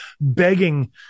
begging